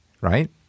right